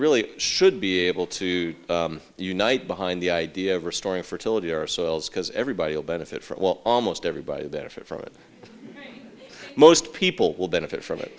really should be able to unite behind the idea of restoring fertility ourselves because everybody will benefit from well almost everybody benefit from it most people will benefit from it